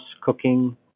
cooking